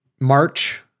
March